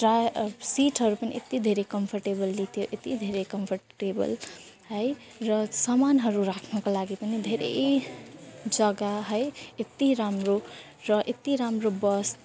ट्रा सिटहरू पनि यत्ति धेरै कम्फर्टेबली थियो यत्ति धेरै कम्फर्टेबल है र सामानहरू राख्नका लागि पनि धेरै जग्गा है यत्ति राम्रो र यत्ति राम्रो बस